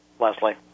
Leslie